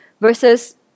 versus